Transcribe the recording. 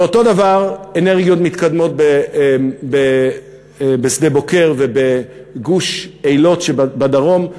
ואותו דבר: אנרגיות מתקדמות בשדה-בוקר ובגוש-אילות שבדרום.